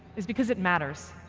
is because it matters.